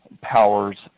powers